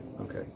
okay